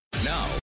now